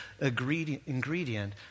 ingredient